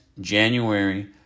January